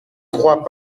crois